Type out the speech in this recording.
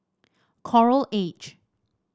Coral Edge